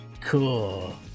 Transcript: cool